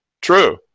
true